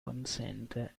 consente